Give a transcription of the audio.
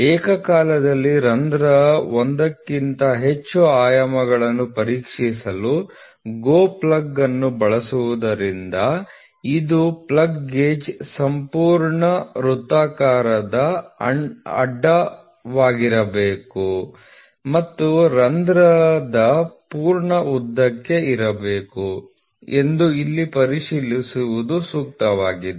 ಏಕಕಾಲದಲ್ಲಿ ರಂಧ್ರದ ಒಂದಕ್ಕಿಂತ ಹೆಚ್ಚು ಆಯಾಮಗಳನ್ನು ಪರೀಕ್ಷಿಸಲು GO ಪ್ಲಗ್ ಅನ್ನು ಬಳಸುವುದರಿಂದ GO ಪ್ಲಗ್ ಗೇಜ್ ಸಂಪೂರ್ಣ ವೃತ್ತಾಕಾರದ ಅಡ್ಡ ವಿಭಾಗವಾಗಿರಬೇಕು ಮತ್ತು ರಂಧ್ರದ ಪೂರ್ಣ ಉದ್ದಕ್ಕೆ ಇರಬೇಕು ಎಂದು ಇಲ್ಲಿ ಪರಿಶೀಲಿಸುವುದು ಸೂಕ್ತವಾಗಿದೆ